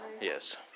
Yes